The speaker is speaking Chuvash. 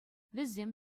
вӗсем